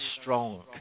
strong